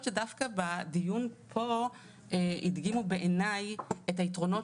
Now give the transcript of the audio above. שדוקוא בדיון פה הדגימו בעיניי את היתרונות